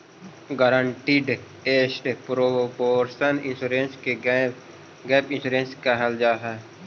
guaranteed asset proportion insurance के gap insurance कहल जाऽ हई